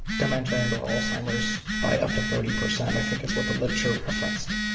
dementia and or alzheimer's by up to thirty percent, i think is what the literature referenced.